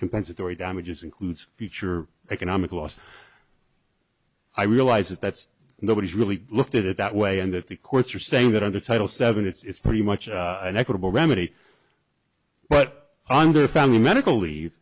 compensatory damages includes future economic loss i realize that's nobody's really looked at it that way and that the courts are saying that under title seven it's pretty much an equitable remedy but under the family medical leave